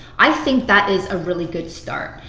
i think that is a really good start.